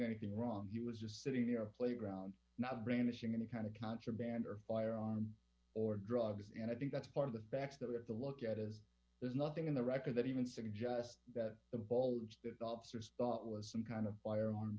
anything wrong he was just sitting there playground not brandishing any kind of contraband or firearm or drugs and i think that's part of the facts that we have to look at as there's nothing in the record that even suggests that the voltage that officers thought was some kind of fire